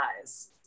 eyes